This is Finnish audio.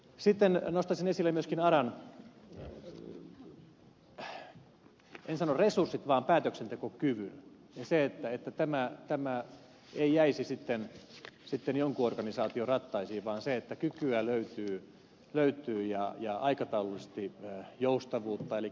sitten nostaisin esille myöskin aran en sano resurssit vaan päätöksentekokyvyn ja sen että tämä ei jäisi sitten jonkun organisaation rattaisiin vaan että kykyä löytyy ja aikataulullisesti joustavuutta